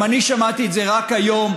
גם אני שמעתי את זה רק היום,